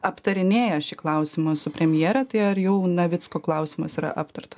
aptarinėja šį klausimą su premjere tai ar jau navicko klausimas yra aptarta